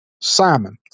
Simon